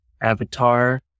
Avatar